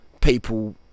people